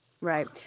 Right